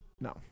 No